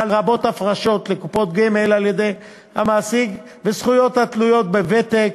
לרבות הפרשות לקופות גמל על-ידי המעסיק וזכויות התלויות בוותק,